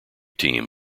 team